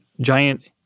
giant